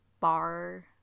bar